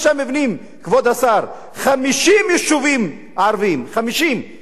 כבוד השר: 50 יישובים ערביים לא מוכרים,